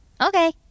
Okay